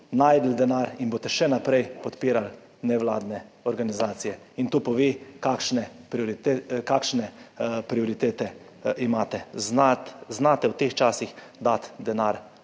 našli denar in boste še naprej podpirali nevladne organizacije in to pove kakšne prioritete imate, znate v teh časih dati denar